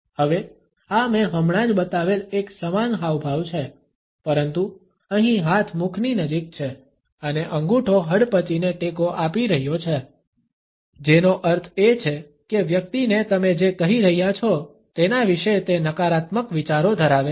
હવે આ મેં હમણાં જ બતાવેલ એક સમાન હાવભાવ છે પરંતુ અહીં હાથ મુખની નજીક છે અને અંગૂઠો હડપચીને ટેકો આપી રહ્યો છે જેનો અર્થ એ છે કે વ્યક્તિને તમે જે કહી રહ્યા છો તેના વિશે તે નકારાત્મક વિચારો ધરાવે છે